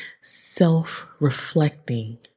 self-reflecting